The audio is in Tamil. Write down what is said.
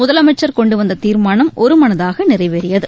முதலமைச்சர் கொண்டுவந்த தீர்மானம் ஒருமனதாக நிறைவேறியது